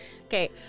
okay